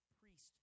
priest